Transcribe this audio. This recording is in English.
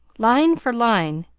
line for line,